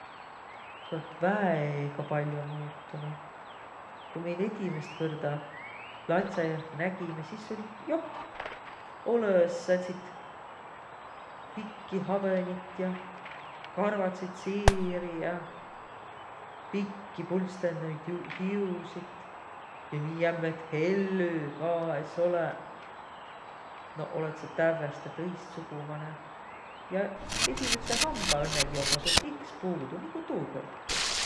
Sa olõt väega pall'o muutunuq. Ku mi edimäst kõrda latsiaiah nägimiq sis sul joht olõ-õs sääntsit pikki habõnit ja karvatsit siiri ja pikki pulstõnuid hiusit, ja nii jämmet hellü ka es olõq. Noq olõt sa tävveste tõistsugumanõ. Ja edimädseq hambaq õnnõgi ommaq sul iks puudu, nigu tuukõrdki.